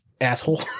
asshole